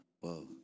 Whoa